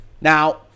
now